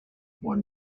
one